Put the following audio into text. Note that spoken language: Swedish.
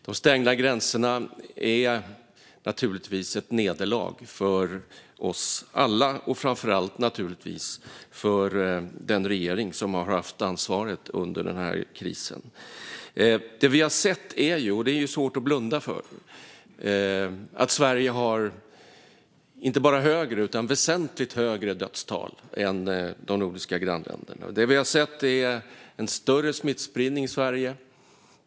De stängda gränserna är ett nederlag för oss alla, och naturligtvis framför allt för den regering som har haft ansvaret under krisen. Det vi har sett är - det är svårt att blunda för det - att Sverige inte bara har högre utan väsentligt högre dödstal än de nordiska grannländerna. Det vi har sett är en större smittspridning i Sverige.